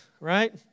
right